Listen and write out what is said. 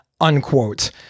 Unquote